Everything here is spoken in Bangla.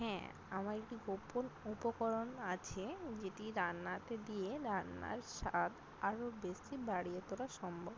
হ্যাঁ আমার একটি গোপন উপকরণ আছে যেটি রান্নাতে দিয়ে রান্নার স্বাদ আরও বেশি বাড়িয়ে তোলা সম্ভব